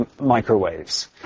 microwaves